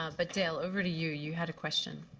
ah but dale, over to you. you had a question.